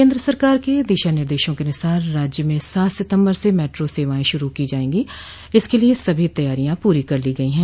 केन्द्र सरकार के दिशा निर्देशों के अनुसार राज्य में सात सितम्बर से मेट्रो सेवाएं शुरू हो जायेंगी इसके लिये सभो तैयारियां पूरी कर ली गई है